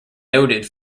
noted